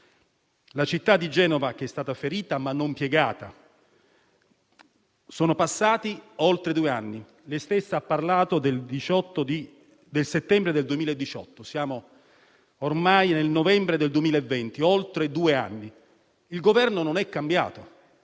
La città di Genova è stata ferita, ma non piegata. Sono passati oltre due anni. Lei stessa ha parlato del settembre del 2018: siamo ormai a novembre del 2020: sono passati oltre due anni. Il Governo non è cambiato.